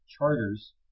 charters